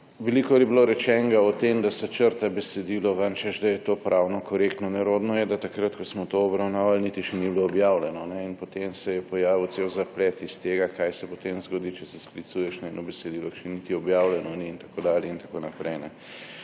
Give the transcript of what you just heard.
Veliko je bilo rečenega o tem, da se črta besedilo ven, češ da je to pravno korektno. Nerodno je, da takrat, ko smo to obravnavali, niti še ni bilo objavljeno, in potem se je pojavil cel zaplet iz tega, kaj se potem zgodi, če se sklicuješ na besedilo, ki še niti objavljeno ni, in tako dalje